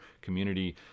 community